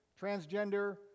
transgender